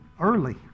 early